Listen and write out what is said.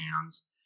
hands